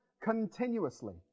continuously